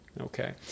okay